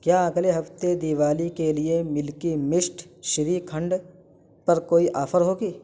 کیا اگلے ہفتے دیوالی کے لیے ملکی مسٹ شری کھنڈ پر کوئی آفر ہوگی